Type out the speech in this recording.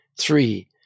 three